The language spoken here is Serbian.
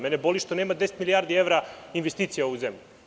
Mene boli što nema 10 milijardi evra investicija u ovu zemlju.